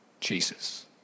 Jesus